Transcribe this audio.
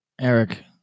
Eric